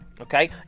Okay